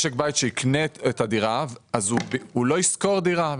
משק בית שיקנה את הדירה לא ישכור דירה,